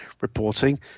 reporting